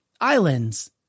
Islands